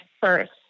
first